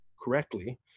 correctly